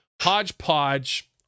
Hodgepodge